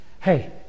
Hey